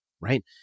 right